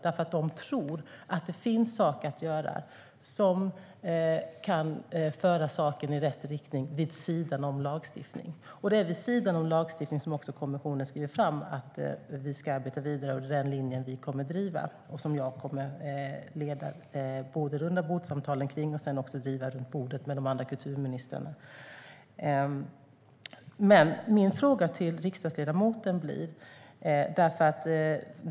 De tror att det finns saker att göra som kan föra frågan i rätt riktning vid sidan om lagstiftning. Det är vid sidan om lagstiftning som också kommissionen skriver att man ska arbeta vidare, och det är den linje regeringen kommer att driva. Jag kommer att driva den linjen vid rundabordssamtalen och med de andra kulturministrarna. Jag vill ställa en fråga till riksdagsledamoten.